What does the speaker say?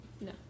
no